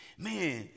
Man